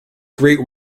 great